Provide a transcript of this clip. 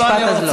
לא, לא.